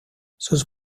sus